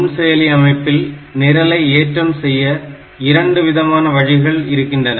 நுண்செயலி அமைப்பில் நிரலை ஏற்றம் செய்ய இரண்டு விதமான வழிகள் இருக்கின்றன